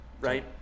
right